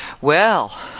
Well